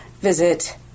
Visit